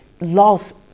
lost